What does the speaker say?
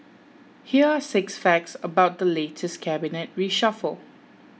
here are six facts about the latest cabinet reshuffle